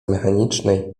mechanicznej